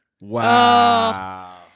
Wow